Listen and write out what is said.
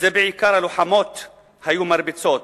זה בעיקר הלוחמות היו מרביצות.